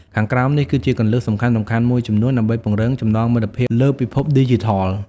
ខាងក្រោមនេះគឺជាគន្លឹះសំខាន់ៗមួយចំនួនដើម្បីពង្រឹងចំណងមិត្តភាពលើពិភពឌីជីថល៖